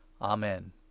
amen